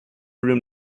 room